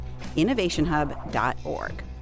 innovationhub.org